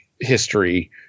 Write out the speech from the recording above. history